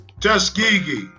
Tuskegee